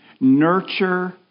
nurture